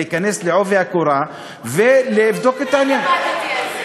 להיכנס בעובי הקורה ולבדוק את העניין.